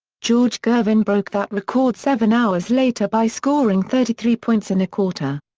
george gervin broke that record seven hours later by scoring thirty three points in a quarter.